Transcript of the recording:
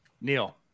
Neil